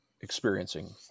experiencing